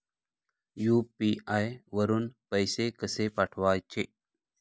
UPI वरून पैसे कसे पाठवायचे?